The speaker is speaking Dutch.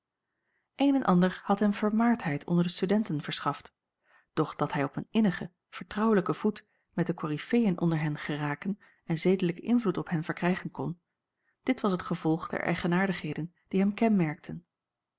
een en ander had hem vermaardheid onder de studenten verschaft doch dat hij op een innigen vertrouwelijken voet met de korijfeën onder hen geraken en zedelijken invloed op hen verkrijgen kon dit was het gevolg der eigenaardigheden die hem kenmerkten